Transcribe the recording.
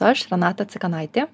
aš renata cikanaitė